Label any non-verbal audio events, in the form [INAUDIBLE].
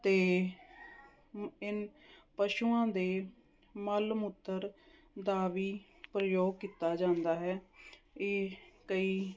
ਅਤੇ [UNINTELLIGIBLE] ਪਸ਼ੂਆਂ ਦੇ ਮਲ ਮੂਤਰ ਦਾ ਵੀ ਪ੍ਰਯੋਗ ਕੀਤਾ ਜਾਂਦਾ ਹੈ ਵੀ ਕਈ